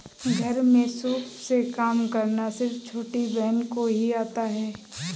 घर में सूप से काम करना सिर्फ छोटी बहन को ही आता है